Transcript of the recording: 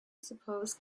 suppose